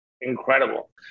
incredible